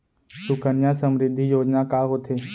सुकन्या समृद्धि योजना का होथे